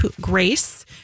Grace